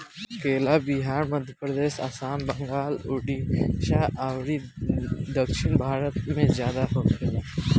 केला बिहार, मध्यप्रदेश, आसाम, बंगाल, उड़ीसा अउरी दक्षिण भारत में ज्यादा होखेला